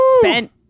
spent